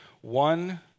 One